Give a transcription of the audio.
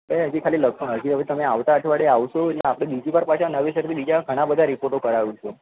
એ હજુ ખાલી લક્ષણો હજી હવે તમે આવતા અઠવાડિયે આવશો એટલે આપણે બીજી વાર પાછા નવેસરથી બીજા ઘણા બધા રિપોર્ટો કરાવીશું